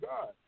God